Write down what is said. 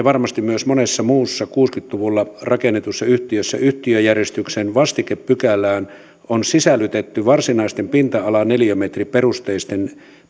varmasti myös monessa muussa kuusikymmentä luvulla rakennetussa yhtiössä yhtiöjärjestyksen vastikepykälään on sisällytetty varsinaisten pinta alaneliömetriperusteisten